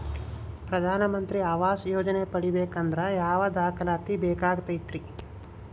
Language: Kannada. ಪ್ರಧಾನ ಮಂತ್ರಿ ಆವಾಸ್ ಯೋಜನೆ ಪಡಿಬೇಕಂದ್ರ ಯಾವ ದಾಖಲಾತಿ ಬೇಕಾಗತೈತ್ರಿ?